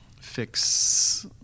fix